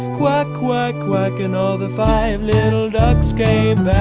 quack, quack, quack and all the five little ducks came